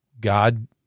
God